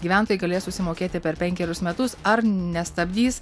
gyventojai galės susimokėti per penkerius metus ar nestabdys